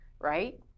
right